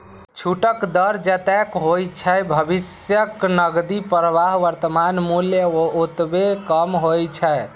छूटक दर जतेक होइ छै, भविष्यक नकदी प्रवाहक वर्तमान मूल्य ओतबे कम होइ छै